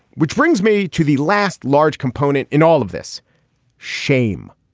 which brings me to the last large component in all of this shame.